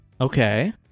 Okay